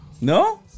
No